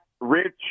Rich